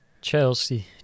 Chelsea